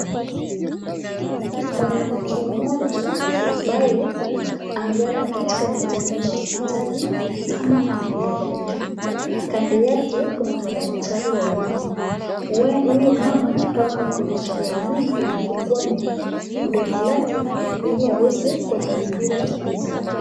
Mwanamke mmoja ambaye amelala katika kitanda la hospitali kama ameangalia juu. Kando yake kuna madaktari wawili huyu mama kama ako na shida ya meno amefungua mdomo lake ili aweze kuangaliliwa tatizo lake.